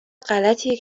غلطیه